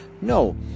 No